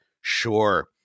sure